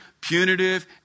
punitive